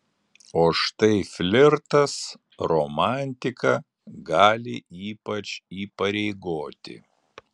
o štai flirtas romantika gali ypač įpareigoti